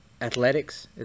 Athletics